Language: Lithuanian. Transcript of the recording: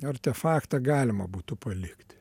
artefaktą galima būtų palikti